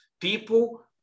People